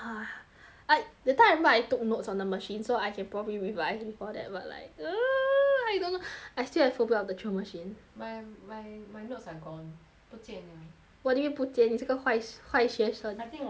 I that time I remember I took notes on the machine so I can probably revise before that but like I don't know I swear I put it on the virtual machine my my my notes are gone 不见了 what do you mean 不见你这个坏坏学生 I think I 丢掉 sia